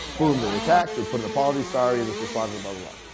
boom they retract, they put an apology, sorry this is fraudulent, but blah,